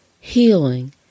healing